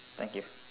thank you